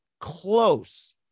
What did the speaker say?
close